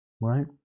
right